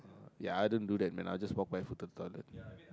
ya I don't do that man I'll just walk by foot to toilet